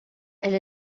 elle